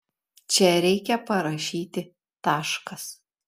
čia reikia parašyti taškas